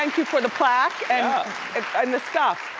you for the plaque and um the stuff.